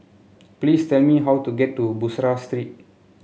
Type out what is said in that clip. please tell me how to get to Bussorah Street